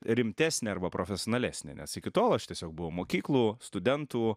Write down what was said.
rimtesnė arba profesionalesnė nes iki tol aš tiesiog buvau mokyklų studentų